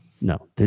No